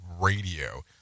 radio